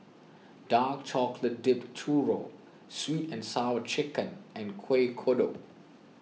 Dark Chocolate Dipped Churro Sweet and Sour Chicken and Kuih Kodok